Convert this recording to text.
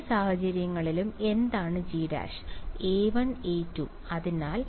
രണ്ട് സാഹചര്യങ്ങളിലും എന്താണ് G